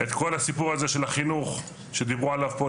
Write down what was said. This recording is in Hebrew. את כל הסיפור הזה של החינוך שדיברו עליו פה,